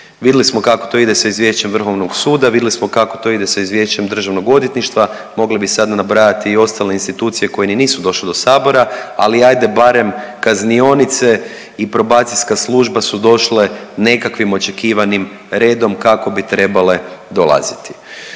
Vidli smo kako to ide sa izvješćem Vrhovnog suda, vidli smo kako to ide sa izvješćem Državnog odvjetništva, mogli bi sada nabrajati i ostale institucije koje ni nisu došle do sabora, ali barem kaznionice i probacijska služba su došle nekakvim očekivanim redom kako bi trebale dolaziti.